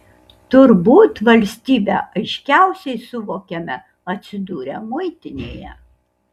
turbūt valstybę aiškiausiai suvokiame atsidūrę muitinėje